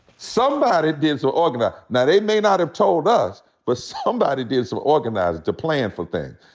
somebody did some organizing. now they may not have told us, but somebody did some organizing to plan for things.